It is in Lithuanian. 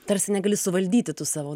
tarsi negali suvaldyti tų savo